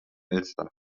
elster